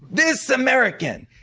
this american,